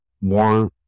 more